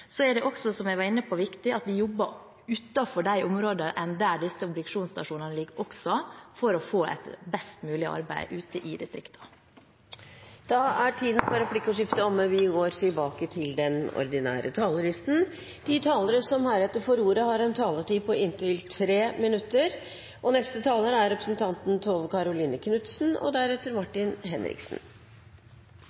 Det er, som jeg var inne på, også viktig at vi jobber utenfor de områdene der disse obduksjonsstasjonene ligger, for å få et best mulig arbeid ute i distriktene. Replikkordskiftet er omme. De talere som heretter får ordet, har en taletid på inntil 3 minutter. Dette er en gledens dag. Vi har fått en enstemmig innstilling i næringskomiteen om at Veterinærinstituttets virksomhet i nord skal beholdes, slik det er